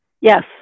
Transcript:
Yes